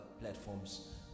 platforms